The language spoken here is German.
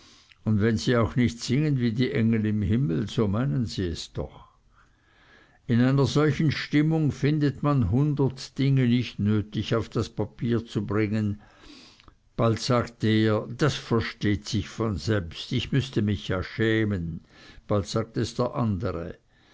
und wenn sie auch nicht singen wie die engel im himmel so meinen sie es doch in einer solchen stimmung findet man hundert dinge nicht nötig auf das papier zu bringen bald sagt der das versteht sich von selbst ich müßte mich ja schämen bald sagt es der andere